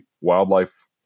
wildlife